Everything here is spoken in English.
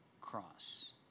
cross